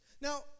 Now